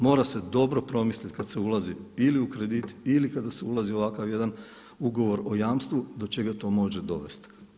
Mora se dobro promisliti kad se ulazi ili u kredit ili kada se ulazi u ovakav jedan ugovor o jamstvu do čega to može dovesti.